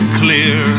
clear